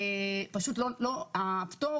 הפטור